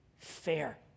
fair